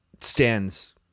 stands